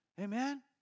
Amen